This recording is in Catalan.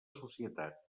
societat